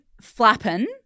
flapping